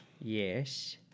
Yes